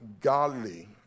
godly